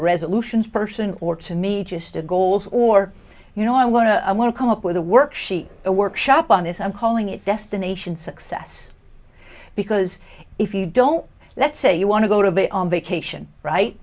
resolutions person or to me just a goals or you know i want to i want to come up with a worksheet a workshop on this i'm calling it destination success because if you don't let's say you want to go to be on vacation right